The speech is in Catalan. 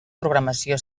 programació